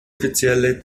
offizielle